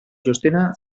txostena